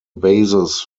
basis